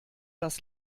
das